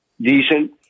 decent